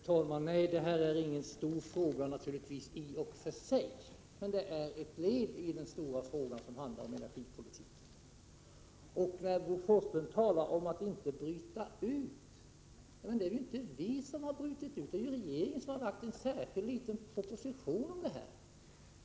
Fru talman! Det är riktigt att den här frågan i och för sig inte är stor, men den utgör ett led i den stora frågan om energipolitiken. Bo Forslund säger att det inte finns några skäl att bryta ut denna fråga ur den pågående utredningen. Det är inte vi som har brutit ut den, utan det är regeringen som har framlagt en särskild proposition i saken.